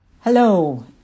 Hello